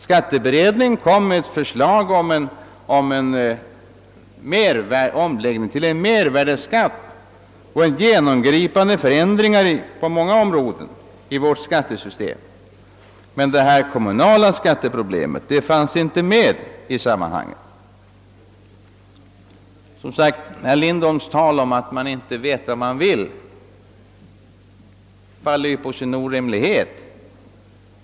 Skatteberedningen framlade förslag om en mervärdeskatt och om andra genomgripande förändringar av många delar av vårt skattesystem. Men detta kommunalskatteproblem kom inte med i sammanhanget. Herr Lindholms tal om att vi inte vet vad vi vill faller på sin egen orimlighet.